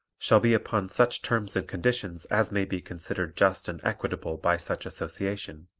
shall be upon such terms and conditions as may be considered just and equitable by such association.